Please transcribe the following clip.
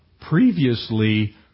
previously